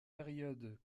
période